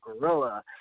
Gorilla